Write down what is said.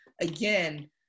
again